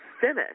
finish